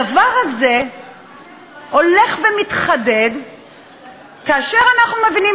הדבר הזה הולך ומתחדד כאשר אנחנו מבינים